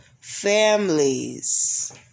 families